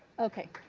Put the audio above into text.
okay.